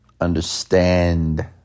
Understand